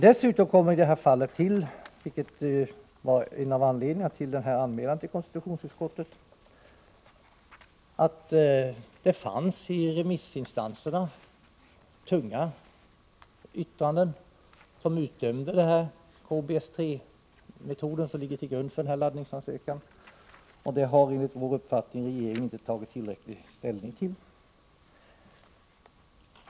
Dessutom tillkommer i detta fall — vilket var en av anledningarna till denna anmälan till konstitutionsutskottet — att tunga remissinstanser utdömt KBS-3-metoden, som denna ansökan avsåg. Det har enligt vår uppfattning regeringen inte tagit tillräcklig hänsyn till.